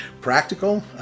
practical